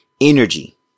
energy